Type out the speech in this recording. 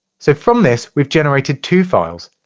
so from this, we've generated two files,